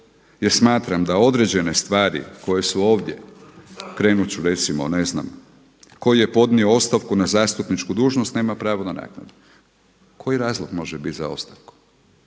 jer smatram da određene stvari koje su ovdje, krenuti ću recimo ne znam, tko je podnio ostavku na zastupničku dužnost nema pravo na naknadu. Koji razlog može biti za ostavkom?